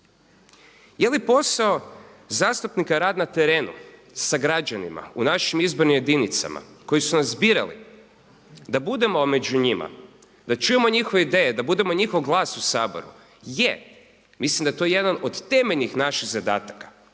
Je li posao zastupnika rad na terenu sa građanima u našim izbornim jedinicama koji su nas birali, da budemo među njima, da čujemo njihove ideje, da budemo njihov glas u Saboru? Je. Mislim da je to jedan od temeljnih naših zadataka.